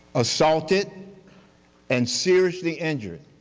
assaulted and seriously injured.